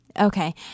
Okay